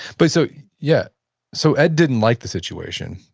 but so yeah yeah so ed didn't like the situation,